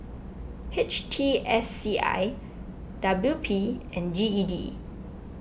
H T S C I W P and G E D